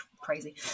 Crazy